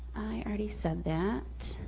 i already said that.